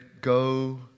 Go